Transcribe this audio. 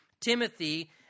Timothy